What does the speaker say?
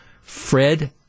Fred